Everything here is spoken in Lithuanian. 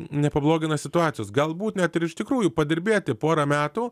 nepablogina situacijos galbūt net ir iš tikrųjų padirbėti porą metų